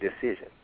decision